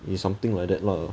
is something like that lah